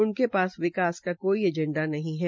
उनके पास विकास को कोई एजेंडा नहीं है